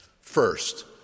First